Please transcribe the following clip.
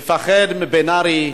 מפחד מבן-ארי,